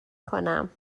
کنم